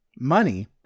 money